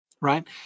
Right